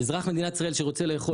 אזרח במדינת ישראל שרוצה לאכול,